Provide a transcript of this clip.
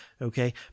Okay